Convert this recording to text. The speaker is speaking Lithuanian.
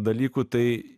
dalykų tai